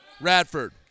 Radford